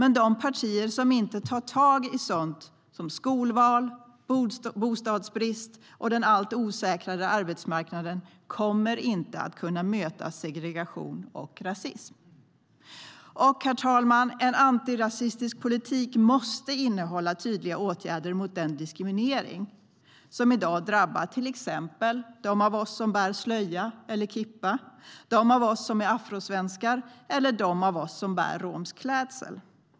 Men de partier som inte tar tag i sådant som skolval, bostadsbrist och en allt osäkrare arbetsmarknad kommer inte att kunna möta segregation och rasism. Herr talman!